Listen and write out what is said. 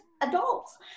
adults